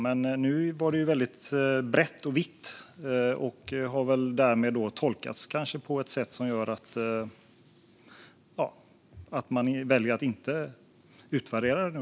Men nu var tillkännagivandet brett och vitt, och därmed har det tolkats på så sätt att regeringen har valt att inte låta göra en utvärdering.